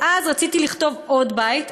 ואז רציתי לכתוב עוד בית,